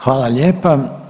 Hvala lijepa.